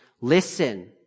listen